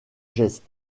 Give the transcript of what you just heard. gestes